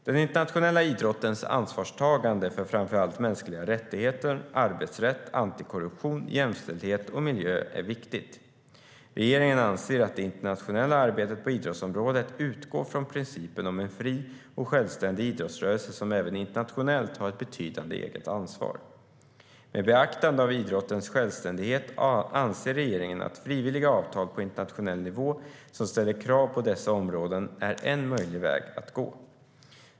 Den internationella idrottens ansvarstagande för framför allt mänskliga rättigheter, arbetsrätt, antikorruption, jämställdhet och miljö är viktigt. Regeringen anser att det internationella arbetet på idrottsområdet utgår från principen om en fri och självständig idrottsrörelse som även internationellt har ett betydande eget ansvar. Med beaktande av idrottens självständighet anser regeringen att frivilliga avtal på internationell nivå som ställer krav på dessa områden är en möjlig väg att gå.